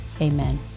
amen